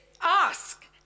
ask